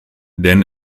denn